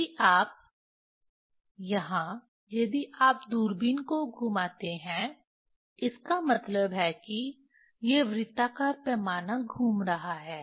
यदि आप यहाँ यदि आप दूरबीन को घुमाते हैं इसका मतलब है कि ये वृत्ताकार पैमाना घूम रहा है